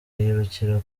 yirukira